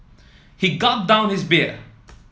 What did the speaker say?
he gulped down his beer